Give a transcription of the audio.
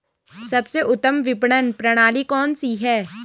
सबसे उत्तम विपणन प्रणाली कौन सी है?